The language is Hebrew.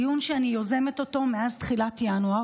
דיון שאני יוזמת אותו מאז תחילת ינואר,